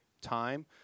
time